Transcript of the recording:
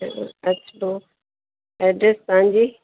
अचिबो address तव्हां जी